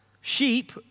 Sheep